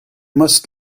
must